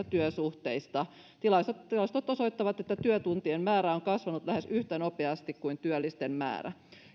työsuhteista tilastot tilastot osoittavat että työtuntien määrä on kasvanut lähes yhtä nopeasti kuin työllisten määrä